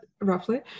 roughly